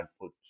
put